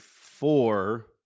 four